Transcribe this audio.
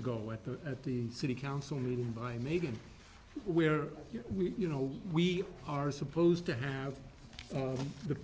ago at the at the city council meeting by making where we you know we are supposed to have the